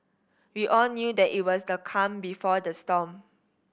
we all knew that it was the calm before the storm